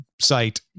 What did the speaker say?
site